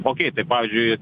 okei tai pavyzdžiui